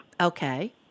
Okay